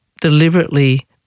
deliberately